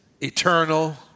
eternal